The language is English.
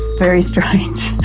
very strange.